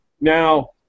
Now